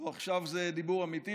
עכשיו זה דיבור אמיתי,